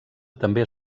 també